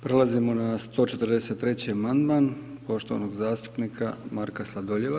Prelazimo na 143. amandman poštovanog zastupnika Marka Sladoljeva.